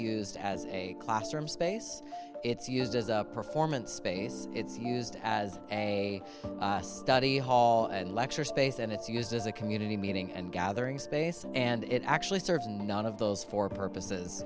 used as a classroom space it's used as a performance space it's used as a study hall and lecture space and it's used as a community meeting and gathering space and it actually serves none of those for purposes